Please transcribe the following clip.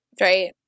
Right